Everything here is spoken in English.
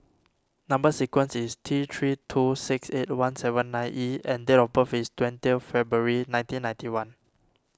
Number Sequence is T three two six eight one seven nine E and date of birth is twentieth February nineteen ninety one